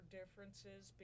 differences